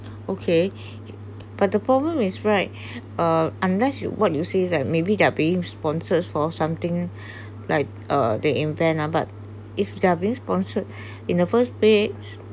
okay but the problem is right uh unless what you say is that maybe they are being sponsors for something like uh they invent ah but if they are being sponsored in the first page